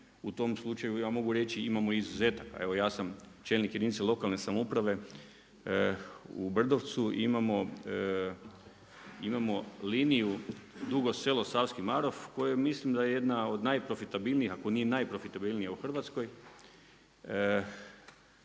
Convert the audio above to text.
U tom slučaju ja mogu reći imamo izuzetaka. Evo ja sam čelnik jedinice lokalne samouprave u Brdovcu. Imamo liniju Dugo Selo – Savski Marof koje mislim da je jedna od najprofitabilnijih, ako nije najprofitabilnija u Hrvatskoj